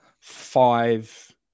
five